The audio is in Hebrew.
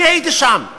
אני הייתי שם,